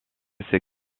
ses